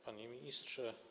Panie Ministrze!